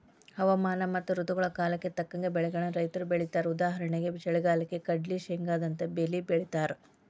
ಹವಾಮಾನ ಮತ್ತ ಋತುಗಳ ಕಾಲಕ್ಕ ತಕ್ಕಂಗ ಬೆಳಿಗಳನ್ನ ರೈತರು ಬೆಳೇತಾರಉದಾಹರಣೆಗೆ ಚಳಿಗಾಲಕ್ಕ ಕಡ್ಲ್ಲಿ, ಶೇಂಗಾದಂತ ಬೇಲಿ ಬೆಳೇತಾರ